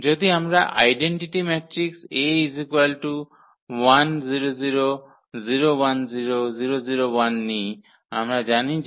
যদি আমরা identity matrix নিই আমরা জানি যে